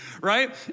right